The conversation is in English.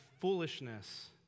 foolishness